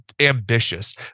ambitious